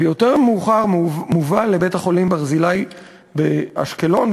ויותר מאוחר מובל לבית-החולים ברזילי באשקלון,